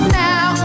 now